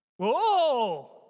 Whoa